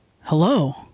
Hello